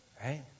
Right